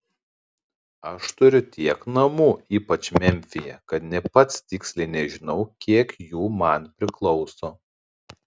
aš turiu tiek namų ypač memfyje kad nė pats tiksliai nežinau kiek jų man priklauso